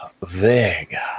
Vega